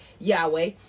Yahweh